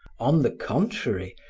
on the contrary,